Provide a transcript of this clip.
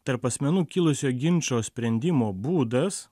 tarp asmenų kilusio ginčo sprendimo būdas